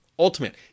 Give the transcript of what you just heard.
ultimate